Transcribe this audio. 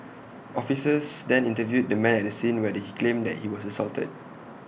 officers then interviewed the man at the scene where he claimed that he was assaulted